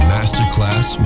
Masterclass